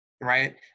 right